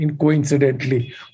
coincidentally